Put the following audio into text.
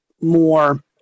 more